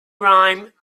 rhyme